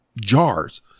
jars